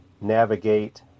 navigate